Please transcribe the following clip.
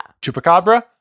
Chupacabra